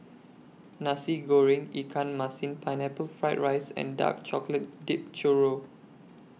Nasi Goreng Ikan Masin Pineapple Fried Rice and Dark Chocolate Dipped Churro